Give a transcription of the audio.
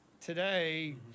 Today